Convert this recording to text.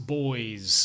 boys